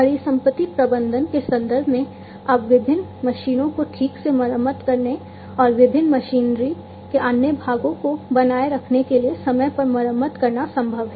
परिसंपत्ति प्रबंधन के संदर्भ में अब विभिन्न मशीनों को ठीक से मरम्मत करने और विभिन्न मशीनरी के अन्य भागों को बनाए रखने के लिए समय पर मरम्मत करना संभव है